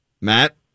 Matt